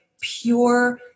pure